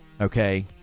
Okay